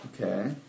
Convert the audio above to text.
Okay